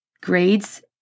grades